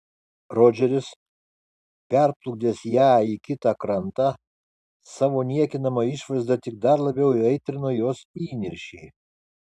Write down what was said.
rodžeris perplukdęs ją į kitą krantą savo niekinama išvaizda tik dar labiau įaitrino jos įniršį